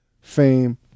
fame